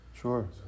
Sure